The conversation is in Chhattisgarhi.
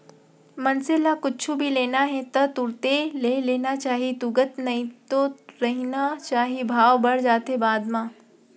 मनसे ल कुछु भी लेना हे ता तुरते ले लेना चाही तुगत नइ रहिना चाही भाव बड़ जाथे बाद म